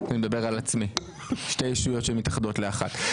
אני מדבר על עצמי, שתי ישויות שמתאחדות לאחת.